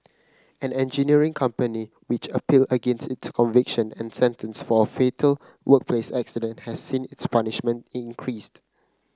an engineering company which appealed against its conviction and sentence for a fatal workplace accident has seen its punishment increased